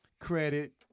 credit